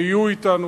ויהיו אתנו,